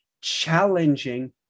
challenging